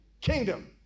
Kingdom